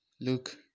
Look